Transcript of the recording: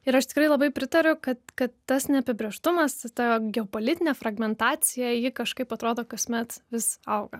ir aš tikrai labai pritariu kad kad tas neapibrėžtumas ta geopolitinė fragmentacija ji kažkaip atrodo kasmet vis auga